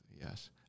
yes